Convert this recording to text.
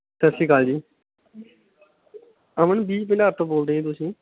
ਸਤਿ ਸ਼੍ਰੀ ਅਕਾਲ ਜੀ ਅਮਨ ਬੀਜ ਭੰਡਾਰ ਤੋਂ ਬੋਲਦੇ ਜੀ ਤੁਸੀਂ